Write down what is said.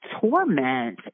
torment